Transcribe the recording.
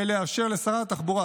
ולאפשר לשרת התחבורה,